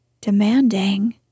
demanding